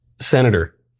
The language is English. Senator